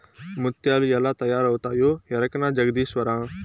ముత్యాలు ఎలా తయారవుతాయో ఎరకనా జగదీశ్వరా